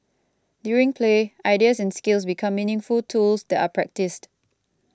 during play ideas and skills become meaningful tools that are practised